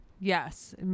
Yes